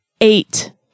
eight